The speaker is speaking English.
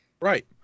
Right